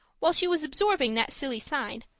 while she was absorbing that silly sign,